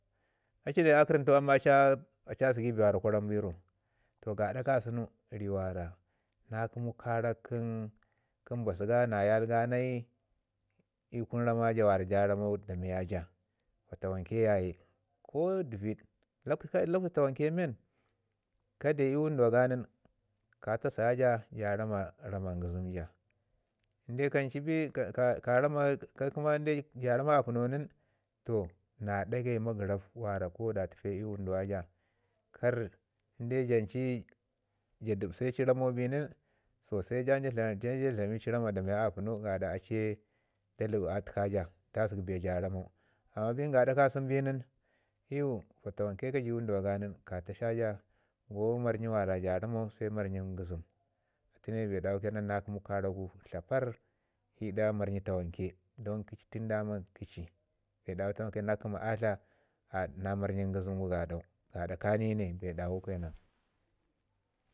a ci dai a kərəm tu amman a zəgi bee kwa rama bi ro. To gaɗa ka sunu ri wara na kəmu karak kən kə mbasu ga na yal ganai i kun miya ja fatawanke ya ye. Ko dəvid l- lakwtu tawanke men ka deu ii wunduwa ga nin ka tasaya ja ja rama rama ngizim ja. In de kan cu bin ka kəma ja rama apəno nin toh na ɗagai magəraf wara ko da ɗagai tufe wundu wa ja kar jan cu ja dəbse ci ramau bi nin so se ja dlam rama da miya apəno yaɗa a ci ye da tlap a təka ja da zəgi bee ja ramau. Amma bin gaɗa ka sunu bi nin i yu fatawanke ka ju i wunduwa ga ni nin ka tasa ja ko marnyi wara ja ramau se miya ngizim. Shi ne bee dawu ke nan na kəmu karak gu tlaparr i ɗa marnyi tawanke don kə ci tun da man kə ci bee dawu ke nan na kəma udlah na miya ngizim gu gaɗau gaɗa ka ni ne bee dawu ke nan.